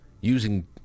using